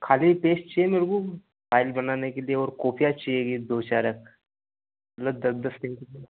खाली पेज चाहिए मेरे को फाइल बनाने के लिए और कॉपियाँ चहिएगी दो चार रख मतलब दस दस के